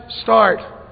start